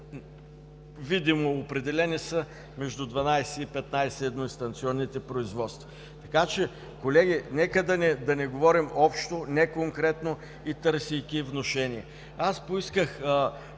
видимо, определени са между 12 и 15 едноинстанционни производства. Така, че колеги, нека да говорим общо, не конкретно и търсейки внушения. Поисках